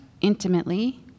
intimately